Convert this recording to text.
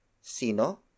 Sino